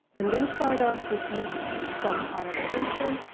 i'm gonna start off with the sumproduct function,